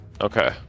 Okay